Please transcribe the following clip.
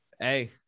Hey